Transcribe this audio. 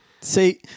See